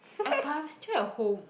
but I'm still at home